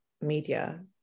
media